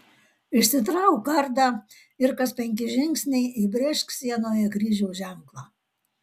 išsitrauk kardą ir kas penki žingsniai įbrėžk sienoje kryžiaus ženklą